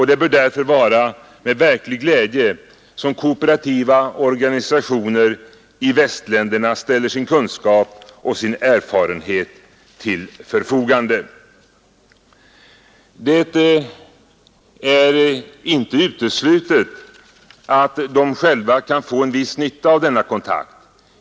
Det bör därför vara med verklig glädje som kooperativa organisationer i västländerna ställer sin kunskap och erfarenhet till förfogande. Det är inte uteslutet att de själva kan få en viss nytta av denna kontakt.